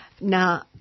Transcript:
Now